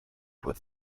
with